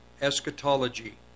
eschatology